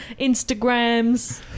Instagrams